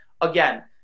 again